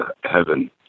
heaven